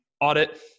audit